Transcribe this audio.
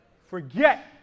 Forget